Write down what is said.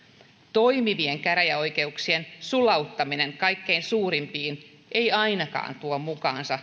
toimivien käräjäoikeuksien sulauttaminen kaikkein suurimpiin ei ainakaan tuo mukanaan